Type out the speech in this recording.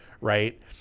right